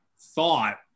thought